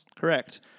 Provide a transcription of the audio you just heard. Correct